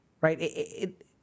right